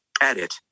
edit